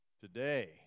today